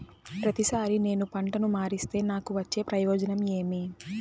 ప్రతిసారి నేను పంటను మారిస్తే నాకు వచ్చే ప్రయోజనం ఏమి?